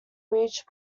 reached